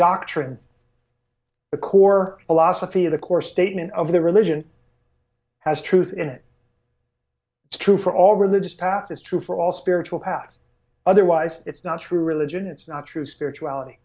doctrine the core philosophy of the core statement of the religion has truth in it is true for all religious paths is true for all spiritual paths otherwise it's not true religion it's not true spirituality